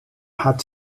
had